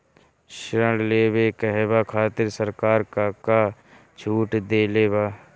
ऋण लेवे कहवा खातिर सरकार का का छूट देले बा?